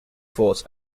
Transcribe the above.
forts